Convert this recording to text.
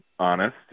honest